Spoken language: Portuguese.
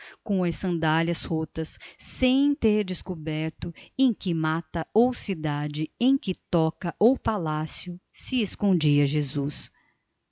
com as sandálias rotas sem ter descoberto em que mata ou cidade em que toca ou palácio se escondia jesus